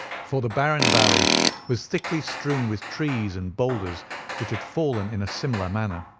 for the barren valley was thickly strewn with trees and boulders which had fallen in a similar manner.